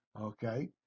okay